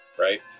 right